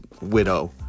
widow